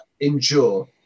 endure